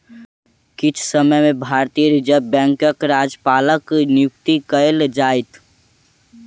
किछ समय में भारतीय रिज़र्व बैंकक राज्यपालक नियुक्ति कएल जाइत